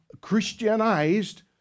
Christianized